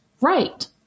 right